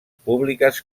públiques